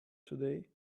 today